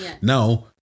Now